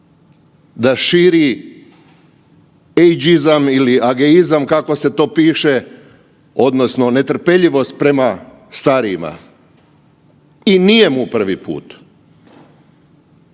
da širi … ili ageizam kako se to piše odnosno netrpeljivost prema starijima i nije mu prvi put